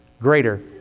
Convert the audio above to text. greater